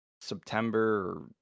September